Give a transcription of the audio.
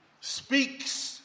speaks